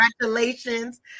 congratulations